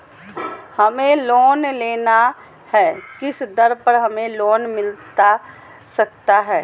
हमें लोन लेना है किस दर पर हमें लोन मिलता सकता है?